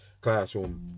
classroom